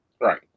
Right